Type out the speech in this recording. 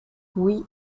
oui